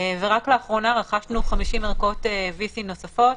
רק לאחרונה רכשנו 50 ערכות VC נוספות